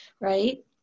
right